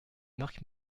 marc